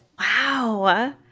Wow